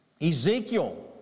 Ezekiel